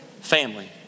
Family